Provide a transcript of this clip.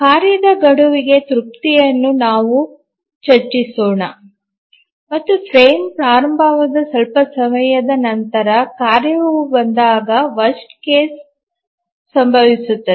ಕಾರ್ಯದ ಗಡುವಿನ ತೃಪ್ತಿಯನ್ನು ನಾವು ಚರ್ಚಿಸೋಣ ಮತ್ತು ಫ್ರೇಮ್ ಪ್ರಾರಂಭವಾದ ಸ್ವಲ್ಪ ಸಮಯದ ನಂತರ ಕಾರ್ಯವು ಬಂದಾಗ ಕೆಟ್ಟ ಕೆಲಸ ಸಂಭವಿಸುತ್ತದೆ